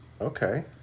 Okay